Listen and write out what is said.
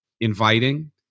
inviting